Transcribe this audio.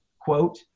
quote